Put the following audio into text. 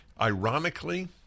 ironically